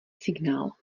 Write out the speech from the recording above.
signál